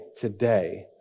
today